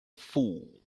fool